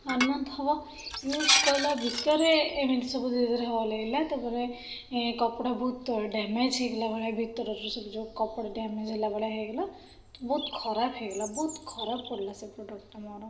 one month ହବ use କଲା ଭିତରେ ଏମିତି ସବୁ ଧୀରେ ଧୀରେ ହେଇଗଲା ତା'ପରେ କପଡ଼ା ବହୁତ ତଳେ ଡ୍ୟାମେଜ୍ ହେଇଗଲା ଭଳିଆ ଭିତରର ସବୁ ଯେଉଁ କପଡ଼ା ଡ୍ୟାମେଜ୍ ହେଲା ଭଳିଆ ହେଇଗଲା ତ ବହୁତ ଖରାପ ହେଇଗଲା ବହୁତ ଖରାପ ପଡ଼ିଲା ସେ ପ୍ରଡ଼କ୍ଟଟା ମୋର